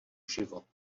život